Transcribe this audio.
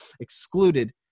excluded